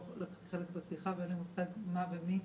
לקחתי חלק בשיחה ואין לי מושג מה ומי.